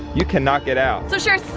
you cannot get out. so sharers